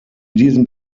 diesem